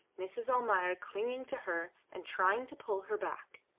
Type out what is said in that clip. mrs. almayer clinging to her and trying to pull her back.